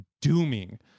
dooming